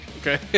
Okay